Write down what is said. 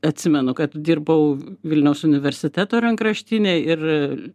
atsimenu kad dirbau vilniaus universiteto rankraštinėj ir